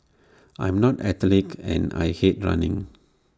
I am not athletic and I hate running